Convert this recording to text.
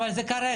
אבל זה כרגע.